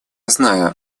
знаю